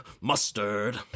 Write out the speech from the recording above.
mustard